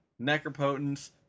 Necropotence